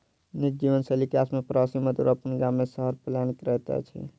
नीक जीवनशैली के आस में प्रवासी मजदूर अपन गाम से शहर पलायन करैत अछि